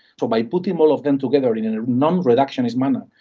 so by putting all of them together in a non-reductionist manner,